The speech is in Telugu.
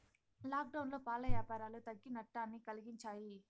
లాక్డౌన్లో పాల యాపారాలు తగ్గి నట్టాన్ని కలిగించాయి